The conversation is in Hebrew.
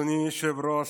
אדוני היושב-ראש,